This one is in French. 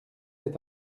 est